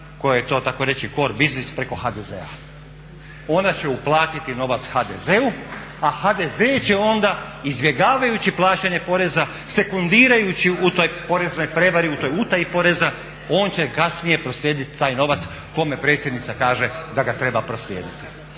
kojoj je to takoreći cor biznis preko HDZ-a. Ona će uplatiti novac HDZ-u, a HDZ će onda izbjegavajući plaćanje poreza, sekundirajući u toj poreznoj prevari u toj utaji poreza on će kasnije proslijediti taj novac kome predsjednica kaže da ga treba proslijediti.